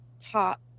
top